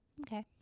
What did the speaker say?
okay